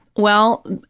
well,